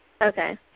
Okay